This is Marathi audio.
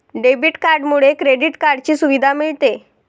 डेबिट कार्डमुळे क्रेडिट कार्डची सुविधा मिळते